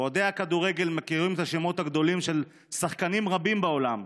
אוהדי הכדורגל מכירים את השמות הגדולים של שחקנים רבים בעולם,